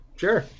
sure